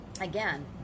Again